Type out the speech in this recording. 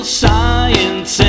science